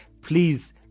please